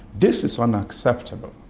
this is unacceptable.